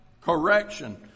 Correction